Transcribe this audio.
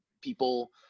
people